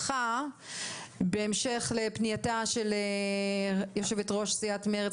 בהמשך לפנייתה של יושבת-ראש סיעת מרצ,